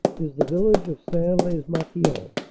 is the village of sains-iez-marquion.